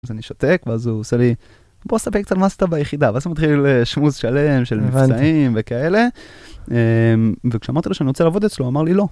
אז אני שותק ואז הוא עושה לי בוא ספק את המסטה ביחידה ואז הוא מתחיל שמועס שלם של מבצעים וכאלה וכשאמרתי לו שאני רוצה לעבוד אצלו הוא אמר לי לא.